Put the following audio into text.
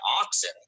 oxen